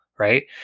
Right